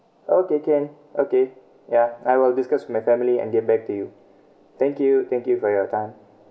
okay can okay yeah I will discuss with my family and get back to you thank you thank you for your time